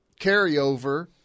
carryover